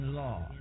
law